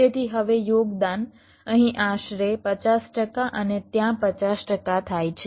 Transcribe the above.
તેથી હવે યોગદાન અહીં આશરે 50 ટકા અને ત્યાં 50 ટકા થાય છે